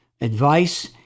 advice